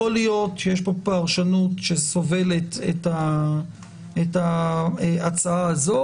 יכול להיות שיש פה פרשנות שסובלת את ההצעה הזאת.